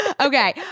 Okay